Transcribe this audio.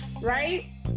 Right